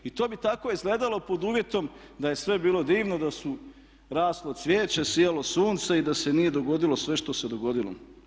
I to bi tako izgledalo pod uvjetom da je sve bilo divno, da je raslo cvijeće, sijalo sunce i da se nije dogodilo sve što se dogodilo.